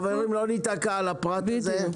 חברים, לא להיתקע על הפרט הזה.